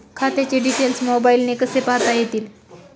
खात्याचे डिटेल्स मोबाईलने कसे पाहता येतील?